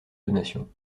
donation